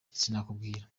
sinakubwira